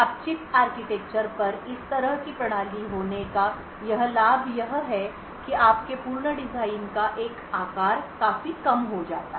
अब chip architecture पर इस तरह की एक प्रणाली होने का लाभ यह है कि आपके पूर्ण डिजाइन का एक आकार काफी कम हो जाता है